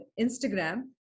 instagram